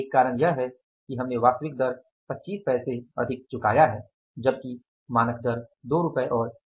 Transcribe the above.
एक कारण यह है कि हमने वास्तविक दर 25 पैसे अधिक चुकाया है जबकि मानक दर 2 रुपये और 25 पैसे थी